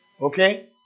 Okay